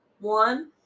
one